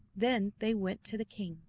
then they went to the king.